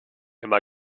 immer